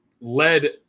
led